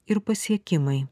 ir pasiekimai